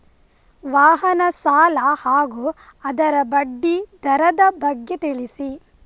ವಾಹನ ಸಾಲ ಹಾಗೂ ಅದರ ಬಡ್ಡಿ ದರದ ಬಗ್ಗೆ ತಿಳಿಸಿ?